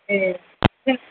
ए